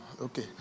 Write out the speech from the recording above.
okay